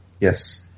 Yes